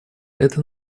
это